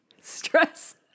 stress